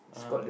(uh huh)